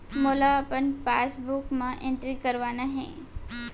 मोला अपन पासबुक म एंट्री करवाना हे?